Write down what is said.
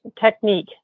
technique